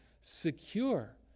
secure